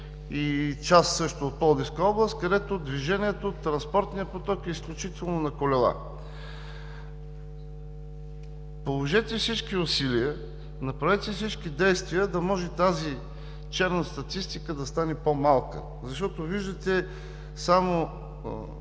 и част от пловдивска област, където движението, транспортният поток е изключително на колела. Положете всички усилия, направете всички действия да може тази черна статистика да стане по-малка. Виждате само